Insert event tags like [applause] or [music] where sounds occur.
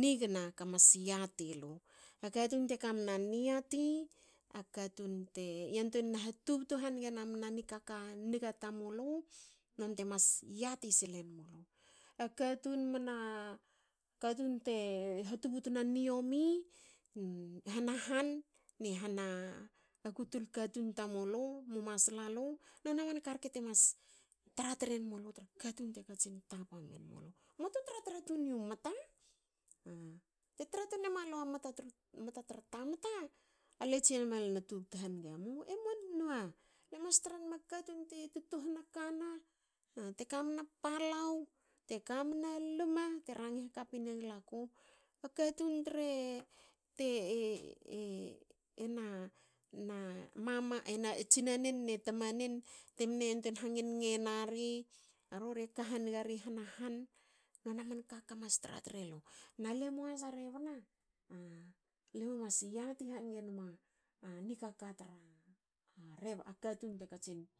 nigna ka mas yati lu. A katun te kamna niati a katun te yantuein naha tubutu hanige namna nikaka niga tamulu. nonte mas yati silenmulu. A katun mna. katun te ha tubutna niomi i hanahan. i hana gutul katun tamulu. mu masla lu. nona man karke te mas tra tren mulu tra katun te katsin tapa menmulu. muatu tra tun yu mata. Te tra tun memelu mata tra tamta. ale tsine num alu na tubtu haniga mu. emoan we. Lemas trenma katun te [unintelligible] [unintelligible] [unintelligible] te kamna palau. te kamna luma te rangi hakapi nenglaku. A katun [unintelligible] [unintelligible] ena mama. e tsinane ne tamanen temne yantuein hangen ngena rii hanahan. Nona ka kamas tratrilu. A limu has a rebna. limu e mas yati hange hanahan. nona man ka kamas tra tri lu. A limu has a rebna. limu mas yati hange nma [hesitation] nikaka tra [unintelligible] a katun te katsin